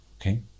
Okay